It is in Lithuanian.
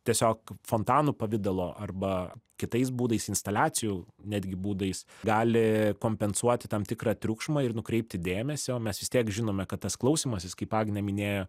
tiesiog fontanų pavidalu arba kitais būdais instaliacijų netgi būdais gali kompensuoti tam tikrą triukšmą ir nukreipti dėmesį o mes vis tiek žinome kad tas klausymasis kaip agnė minėjo